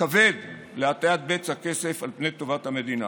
כבד להטיית בצע כסף על פני טובת המדינה.